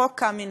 חוק קמיניץ,